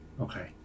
Okay